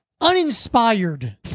uninspired